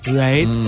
right